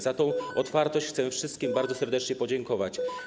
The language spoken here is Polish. Za tę otwartość chcemy wszystkim bardzo serdecznie podziękować.